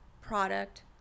product